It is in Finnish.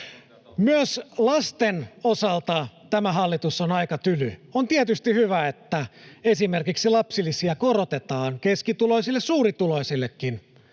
Myös lasten osalta tämä hallitus on aika tyly. On tietysti hyvä, että esimerkiksi lapsilisiä korotetaan — keskituloisille, suurituloisillekin.